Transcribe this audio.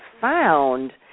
found